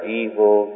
evil